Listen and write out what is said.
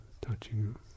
touching